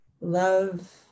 love